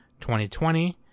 2020